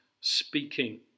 speaking